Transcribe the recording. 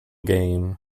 game